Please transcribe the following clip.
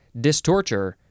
Distorture